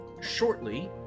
shortly